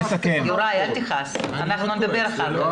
יוראי, אל תכעס, אנחנו נדבר אחר כך.